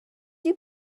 you